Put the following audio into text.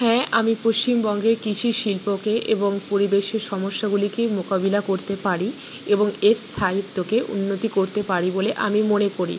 হ্যাঁ আমি পশ্চিমবঙ্গের কৃষি শিল্পকে এবং পরিবেশের সমস্যাগুলিকে মোকাবিলা করতে পারি এবং এর স্থায়িত্বকে উন্নতি করতে পারি বলে আমি মনে করি